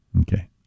Okay